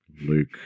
Luke